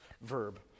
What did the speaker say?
verb